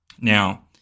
Now